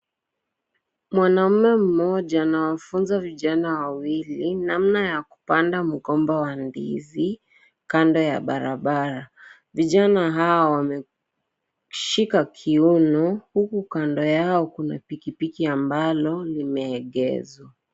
Mwanaume mmoja anawafunza vijana wawili namna ya kupanda mgomba wa ndizi, kando ya barabara. Vijana hawa wameshika kiuno, huku kando yao kuna pikipiki ambalo limeegezwa.